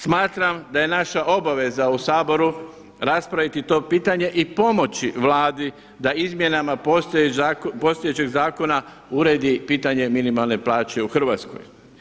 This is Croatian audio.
Smatram da je naša obaveza u Saboru raspraviti to pitanje i pomoći Vladi da izmjenama postojećeg zakona uredi pitanje minimalne plaće u Hrvatskoj.